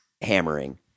hammering